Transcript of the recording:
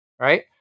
right